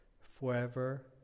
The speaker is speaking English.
forever